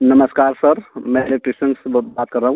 नमस्कार सर मैं इलेक्ट्रिशियन बात कर रहा हूँ